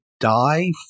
die